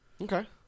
Okay